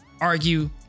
argue